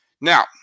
Now